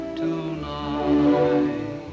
tonight